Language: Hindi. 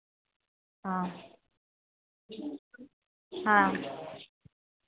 हाँ हाँ